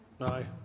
Aye